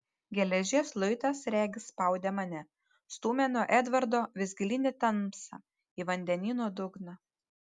geležies luitas regis spaudė mane stūmė nuo edvardo vis gilyn į tamsą į vandenyno dugną